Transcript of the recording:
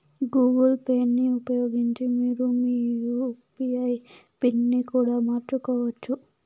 Google పేని ఉపయోగించి మీరు మీ యూ.పీ.ఐ పిన్ ని కూడా మార్చుకోవచ్చు